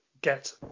get